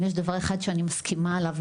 אם יש דבר אחד שאני מסכימה עליו,